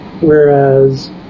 whereas